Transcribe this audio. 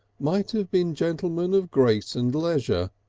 might have been gentlemen of grace and leisure,